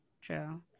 true